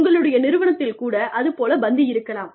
உங்களுடைய நிறுவனத்தில் கூட அது போல பந்து இருக்கலாம்